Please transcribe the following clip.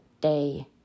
day